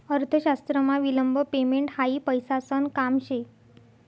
अर्थशास्त्रमा विलंब पेमेंट हायी पैसासन काम शे